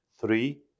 three